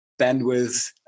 bandwidth